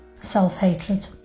self-hatred